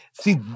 see